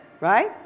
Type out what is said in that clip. Right